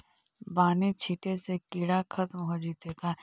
बानि छिटे से किड़ा खत्म हो जितै का?